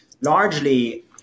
largely